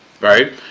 right